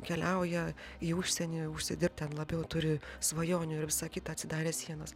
keliauja į užsienį užsidirbt ten labiau turi svajonių ir visa kita atsidarė sienos